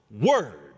word